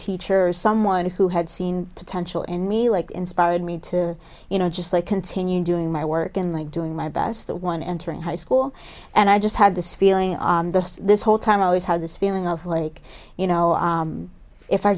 teacher or someone who had seen potential in me like inspired me to you know just like continue doing my work and like doing my best one entering high school and i just had this feeling this whole time i always had this feeling of like you know if i